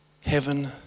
heaven